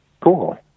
Cool